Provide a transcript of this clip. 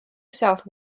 south